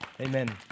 Amen